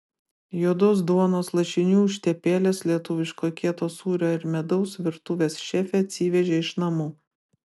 juodos duonos lašinių užtepėlės lietuviško kieto sūrio ir medaus virtuvės šefė atsivežė iš namų